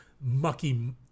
mucky